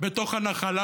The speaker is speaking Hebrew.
בתוך הנחלה.